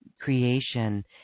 creation